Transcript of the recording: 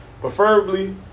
Preferably